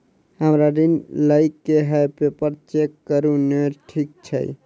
हमरा ऋण लई केँ हय पेपर चेक करू नै ठीक छई?